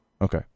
okay